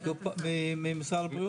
ממשרד הבריאות?